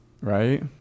right